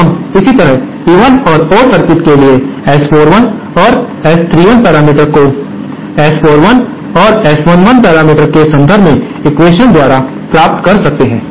अब हम इसी तरह इवन और ओड सर्किट के लिए S41 और S31 पैरामीटर्स को S41 और S11 पैरामीटर्स के संदर्भ में एक्वेशन द्वारा प्राप्त कर सकते हैं